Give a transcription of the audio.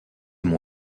mon